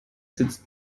sitzt